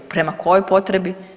Prema kojoj potrebi?